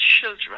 children